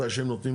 מתי שהם נותנים,